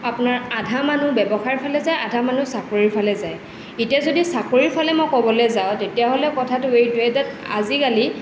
আপোনাৰ আধা মানুহ ব্যৱসায় ফালে যায় আধা মানুহ চাকৰি ফালে যায় এতিয়া যদি চাকৰি ফালে মই ক'বলৈ যাওঁ তেতিয়াহ'লে কথাটো এইটোয়ে ডেট আজিকালি